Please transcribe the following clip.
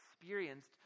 experienced